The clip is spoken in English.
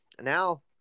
now